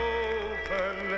open